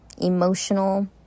emotional